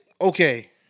okay